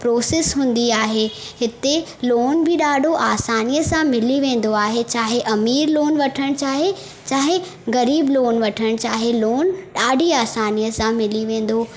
process हूंदी आहे हिते लोन बि ॾाढी आसानीअ सां मिली वेंदो आहे चाहे अमीरु लोन वठणु चाहे चाहे ग़रीबु लोन वठणु चाहे लोन ॾाढी आसानीअ सां मिली वेंदो